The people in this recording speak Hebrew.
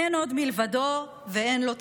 אין עוד מלבדו ואין לו תחליף.